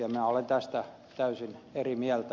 minä olen tästä täysin eri mieltä